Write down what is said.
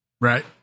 Right